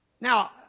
Now